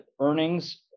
earnings